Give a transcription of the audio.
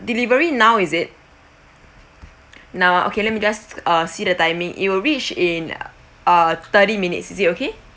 delivery now is it now okay let me just uh see the timing it will reach in uh thirty minutes is it okay